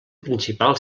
principal